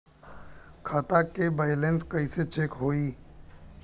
खता के बैलेंस कइसे चेक होई?